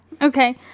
Okay